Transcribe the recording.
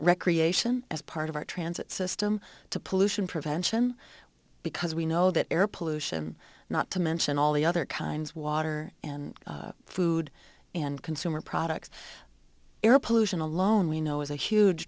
recreation as part of our transit system to pollution prevention because we know that air pollution not to mention all the other kinds water and food and consumer products air pollution alone we know is a huge